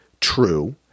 True